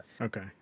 Okay